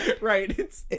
Right